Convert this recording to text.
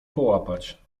połapać